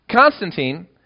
Constantine